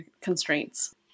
constraints